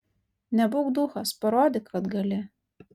nebūk duchas parodyk kad gali